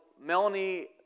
Melanie